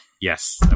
Yes